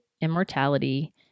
immortality